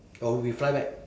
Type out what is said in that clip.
oh we fly back